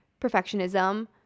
perfectionism